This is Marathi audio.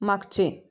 मागचे